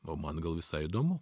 o man gal visai įdomu